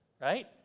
right